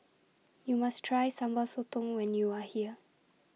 YOU must Try Sambal Sotong when YOU Are here